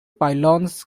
pylons